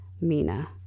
Mina